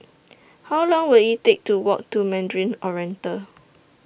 How Long Will IT Take to Walk to Mandarin Oriental